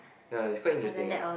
ya it's quite interesting ah